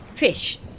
Fish